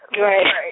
Right